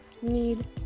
need